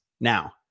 Now